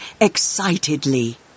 excitedly